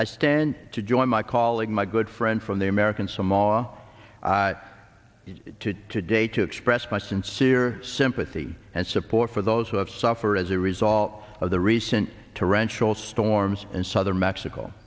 i stand to join my calling my good friend from the american samoa to today to express my sincere sympathy and support for those who have suffered as a result of the recent torrential storms in southern mexico